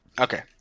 Okay